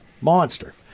monster